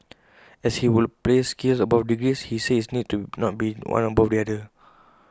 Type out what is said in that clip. asked if he would place skills above degrees he says IT need not be one above the other